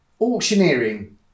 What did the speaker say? Auctioneering